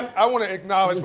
i want to